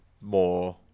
more